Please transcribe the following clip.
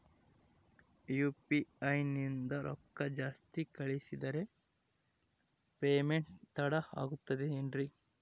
UPI ನಿಂದ ರೊಕ್ಕ ಜಾಸ್ತಿ ಕಳಿಸಿದರೆ ಪೇಮೆಂಟ್ ತಡ ಆಗುತ್ತದೆ ಎನ್ರಿ?